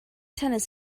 tennis